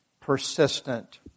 persistent